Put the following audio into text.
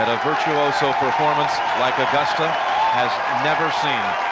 and a virtuoso performance like augusta has never seen.